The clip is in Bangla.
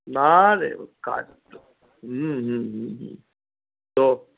না রে ও কাজ তো হুম হুম হুম হুম তো